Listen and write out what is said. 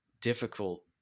difficult